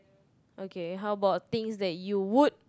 okay how about things that you would